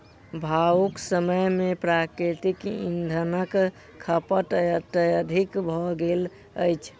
आजुक समय मे प्राकृतिक इंधनक खपत अत्यधिक भ गेल अछि